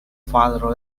father